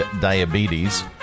diabetes